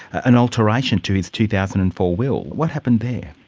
and alteration to his two thousand and four will. what happened there?